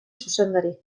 zuzendari